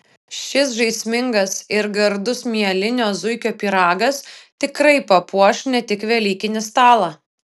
šis žaismingas ir gardus mielinio zuikio pyragas tikrai papuoš ne tik velykinį stalą